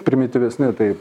primityvesni taip